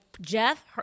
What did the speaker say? Jeff